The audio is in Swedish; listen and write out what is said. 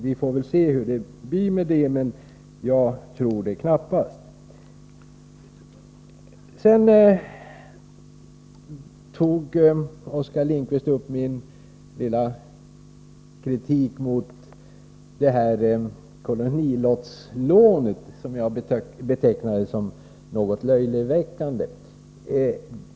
Vi får väl se hur det blir med den saken; jag tror knappast att det stämmer. Oskar Lindkvist tog upp min lilla kritik mot kolonilottslånen, som jag betecknade som något löjeväckande.